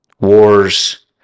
Wars